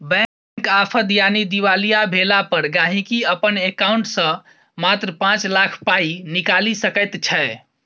bank आफद यानी दिवालिया भेला पर गांहिकी अपन एकांउंट सँ मात्र पाँच लाख पाइ निकालि सकैत छै